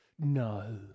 No